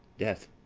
death,